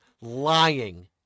lying